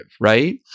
right